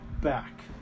back